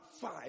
five